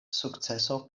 sukceso